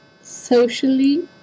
socially